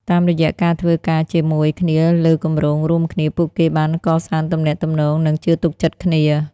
តាមរយៈការធ្វើការជាមួយគ្នាលើគម្រោងរួមគ្នា ពួកគេបានកសាងទំនាក់ទំនងនិងជឿទុកចិត្តគ្នា។